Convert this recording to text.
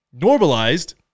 Normalized